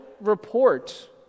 report